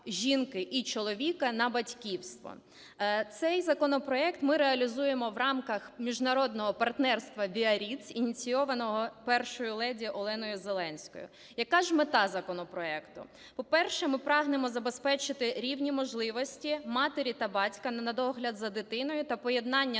жінки і чоловіка на батьківство. Цей законопроект ми реалізуємо в рамках міжнародного "Партнерства Біарріц", ініційованого першою леді Оленою Зеленською. Яка ж мета законопроекту. По-перше, ми прагнемо забезпечити рівні можливості матері та батька на догляд за дитиною та поєднання ними